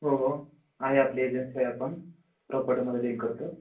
हो हो आहे आपली एजन्सी आहे आपण प्रॉपर्टीमध्ये डील करतो